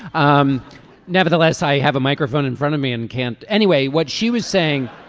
um nevertheless i have a microphone in front of me and can't anyway what she was saying.